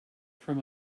from